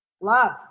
Love